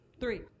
Three